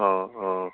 অঁ অঁ